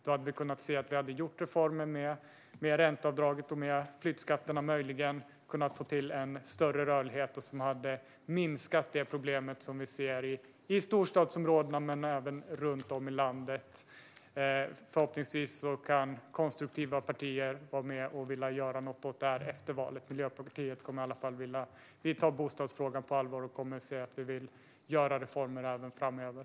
Då hade vi kunnat genomföra reformen med ränteavdraget och flyttskatterna och möjligen få till en större rörlighet, vilket hade minskat det problem vi ser i storstadsområdena men även runt om i landet. Förhoppningsvis vill konstruktiva partier vara med och göra något åt det här efter valet. Miljöpartiet kommer i alla fall att vilja det - vi tar bostadsfrågan på allvar, och vi kommer att vilja genomföra reformer även framöver.